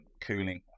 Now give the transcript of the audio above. cooling